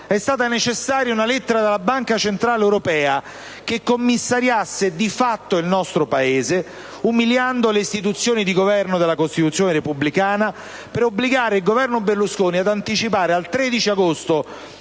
È stata necessaria una lettera della Banca centrale europea che commissariasse di fatto il nostro Paese, umiliando le istituzioni di Governo della Costituzione repubblicana, per obbligare il Governo Berlusconi ad anticipare al 13 agosto